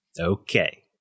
okay